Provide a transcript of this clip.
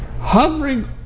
Hovering